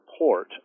report